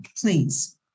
Please